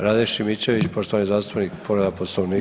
Rade Šimičević, poštovani zastupnik povreda Poslovnika.